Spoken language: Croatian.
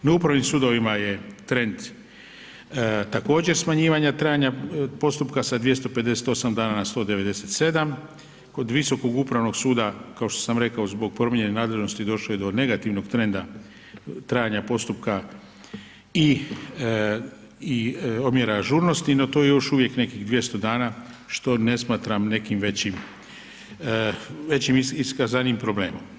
Na upravnim sudovima je trend također smanjivanja trajanja postupka sa 258 dana na 197, kod Visokog upravnog suda zbog promjene nadležnosti došlo je do negativnog trenda trajanja postupka i omjera ažurnosti no to je još uvijek nekih 200 dana što ne smatram nekim većim, većim iskazanim problemom.